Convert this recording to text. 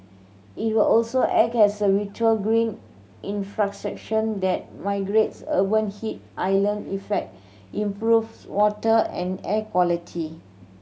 it will also act as a vital green that mitigates urban heat island effect improves water and air quality